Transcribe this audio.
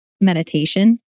meditation